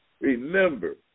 remember